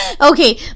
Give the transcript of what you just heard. Okay